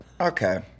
okay